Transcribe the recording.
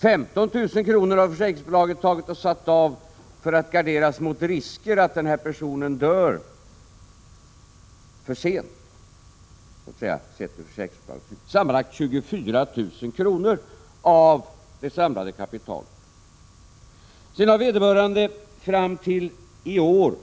15 000 kr. har försäkringsbolaget tagit och satt av för att gardera sig mot risken att den här personen dör för sent, sett ur försäkringsbolagets synpunkt. Det blir sammanlagt 24 000 kr. av det samlade kapitalet. Sedan har vederbörande framt.o.m. i år